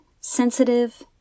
sensitive